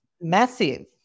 massive